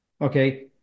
Okay